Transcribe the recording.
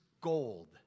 gold